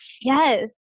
Yes